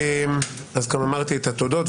אז גם אמרתי את התודות,